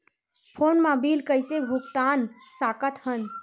Phone मा bill कइसे भुक्तान साकत हन?